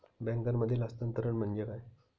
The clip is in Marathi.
बँकांमधील हस्तांतरण म्हणजे काय?